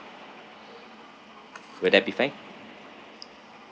will that be fine